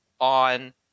on